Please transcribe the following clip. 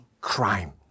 crime